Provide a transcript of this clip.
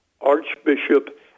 Archbishop